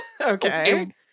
okay